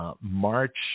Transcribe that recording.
March